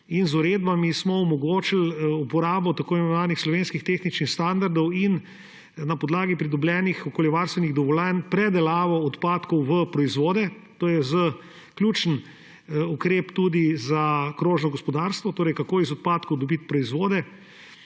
z uredbami smo omogočili uporabo tako imenovanih slovenskih tehničnih standardov in na podlagi pridobljenih okoljevarstvenih dovoljenj predelavo odpadkov v proizvode. To je ključen ukrep tudi za krožno gospodarstvo, torej kako iz odpadkov dobiti proizvode,